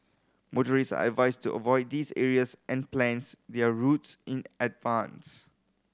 motorist are advised to avoid these areas and plana their routes in advance